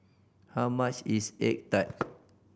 how much is egg tart